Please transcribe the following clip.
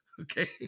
okay